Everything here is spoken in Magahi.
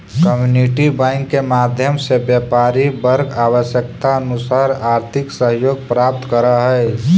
कम्युनिटी बैंक के माध्यम से व्यापारी वर्ग आवश्यकतानुसार आर्थिक सहयोग प्राप्त करऽ हइ